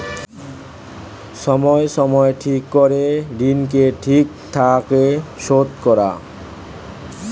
সময় সময় ঠিক করে ঋণকে ঠিক থাকে শোধ করা